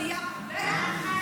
עלייה וכו'.